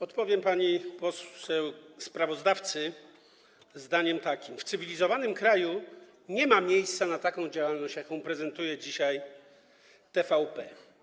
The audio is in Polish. Odpowiem pani poseł sprawozdawcy następującym zdaniem: w cywilizowanym kraju nie ma miejsca na taką działalność, jaką prezentuje dzisiaj TVP.